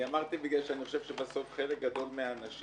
אני אמרתי את זה בגלל שאני חושב שחלק גדול מהאנשים